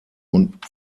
und